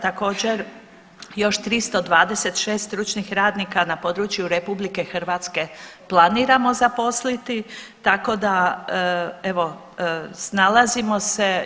Također još 326 stručnih radnika na području RH planiramo zaposliti, tako da evo snalazimo se.